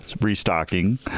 restocking